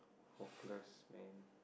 hopeless man